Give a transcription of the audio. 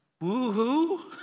woo-hoo